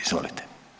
Izvolite.